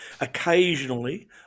Occasionally